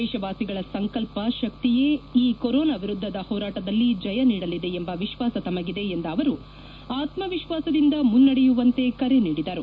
ದೇಶವಾಸಿಗಳ ಸಂಕಲ್ಪ ಶಕ್ತಿಯೇ ಈ ಕೊರೊನಾ ವಿರುದ್ಧದ ಹೋರಾಟದಲ್ಲಿ ಜಯ ನೀಡಲಿದೆ ಎಂಬ ವಿಶ್ವಾಸ ತಮಗಿದೆ ಎಂದ ಅವರು ಆತ್ಮವಿಶ್ವಾಸದಿಂದ ಮುನ್ನಡೆಯುವಂತೆ ಕರೆ ನೀಡಿದರು